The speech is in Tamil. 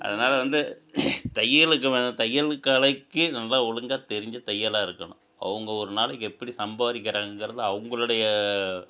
அதனால் வந்து தையலுக்கு தையல் கலைக்கு நல்லா ஒழுங்காக தெரிஞ்ச தையலாக இருக்கணும் அவங்க ஒரு நாளைக்கு எப்படி சம்பாதிக்கிறாங்கிறது அவங்களுடைய